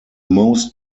most